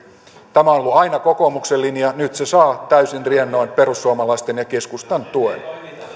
tämä on on ollut aina kokoomuksen linja nyt se saa täysin riennoin perussuomalaisten ja keskustan tuen